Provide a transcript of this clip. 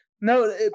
No